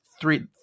three